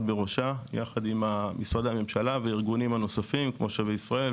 בראשה יחד עם משרדי הממשלה וארגונים נוספים כמו שבי ישראל,